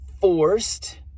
forced